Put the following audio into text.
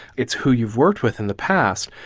it's who you've worked with in the past.